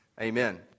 Amen